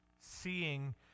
seeing